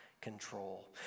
Control